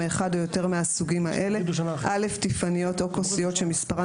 מאחד או יותר מהסוגים האלה: טיפניות או כוסיות שמספרן